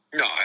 no